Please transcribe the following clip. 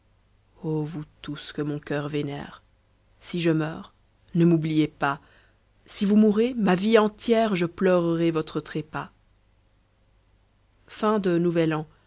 vous tous que mon coeur vénère si je meurs ne m'oubliez pas si vous mourez ma vie entière je pleurerai votre trépas